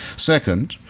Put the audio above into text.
second,